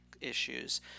issues